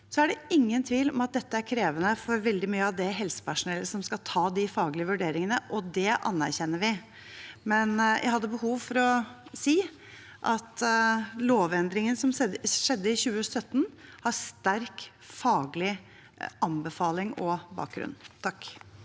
Det er ingen tvil om at dette er krevende for veldig mye av det helsepersonellet som skal ta de faglige vurderingene, og det anerkjenner vi, men jeg hadde behov for å si at lovendringen som skjedde i 2017, har sterk faglig anbefaling og bakgrunn.